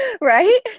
Right